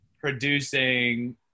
producing